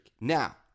Now